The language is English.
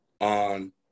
on